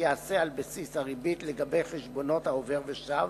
ייעשה על בסיס הריבית לגבי חשבונות העובר ושב